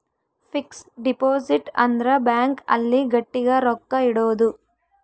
fix deposit ಅಂದ್ರ bank ಅಲ್ಲಿ ಗಟ್ಟಿಗ ರೊಕ್ಕ ಇಡೋದು